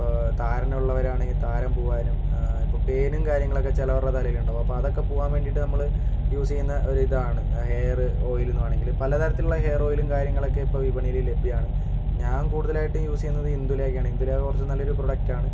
ഇപ്പോൾ താരൻ ഉള്ളവരാണെങ്കിൽ താരം പോകാനും ഇപ്പം പേനും കാര്യങ്ങളൊക്കെ ചിലവരുടെ തലയിൽ ഉണ്ടാകും അപ്പോൾ അതൊക്കെ പോകാൻ വേണ്ടിയിട്ട് നമ്മൾ യൂസ് ചെയ്യുന്ന ഒരു ഇതാണ് ഹെയർ ഓയിൽ എന്ന് വേണമെങ്കിൽ പല തരത്തിലുള്ള ഹെയർ ഓയിലും കാര്യങ്ങളും ഒക്കെ ഇപ്പോൾ വിപണിയിൽ ലഭ്യമാണ് ഞാൻ കൂടുതലായിട്ട് യൂസ് ചെയ്യുന്നത് ഇന്ദുലേഖയാണ് ഇന്ദുലേഖ കുറച്ച് നല്ലൊരു പ്രൊഡക്ട് ആണ്